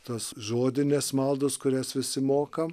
tas žodines maldas kurias visi mokam